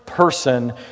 person